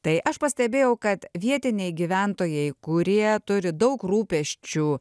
tai aš pastebėjau kad vietiniai gyventojai kurie turi daug rūpesčių